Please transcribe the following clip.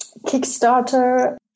Kickstarter